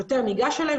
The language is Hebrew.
שוטר ניגש אליהם,